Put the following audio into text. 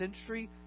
century